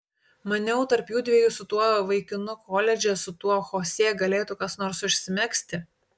maniau tarp judviejų su tuo vaikinu koledže su tuo chosė galėtų kas nors užsimegzti